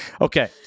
okay